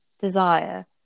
Desire